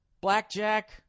Blackjack